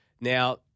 Now